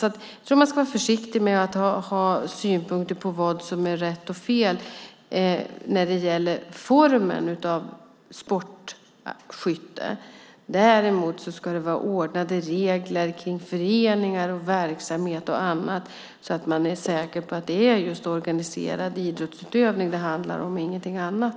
Jag tror att man ska vara försiktig med att ha synpunkter på vad som är rätt och fel när det gäller formen av sportskytte. Däremot ska det vara ordnade regler kring föreningar, verksamhet och annat, så att man är säker på att det är just organiserad idrottsutövning det handlar om, ingenting annat.